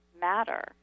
matter